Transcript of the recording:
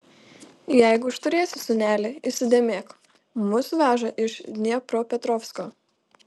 jeigu išturėsi sūneli įsidėmėk mus veža iš dniepropetrovsko